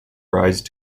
rise